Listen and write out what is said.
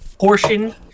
portion